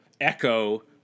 echo